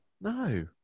No